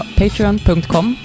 patreon.com